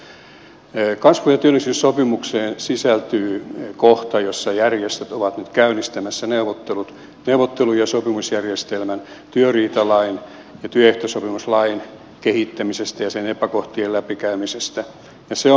kasvu ja työllisyyssopimukseen sisältyy kohta jossa järjestöt ovat nyt käynnistämässä neuvottelut neuvottelu ja sopimusjärjestelmän työriitalain ja työehtosopimuslain kehittämisestä ja sen epäkohtien läpikäymisestä ja se on hyvä